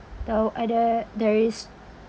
ada there is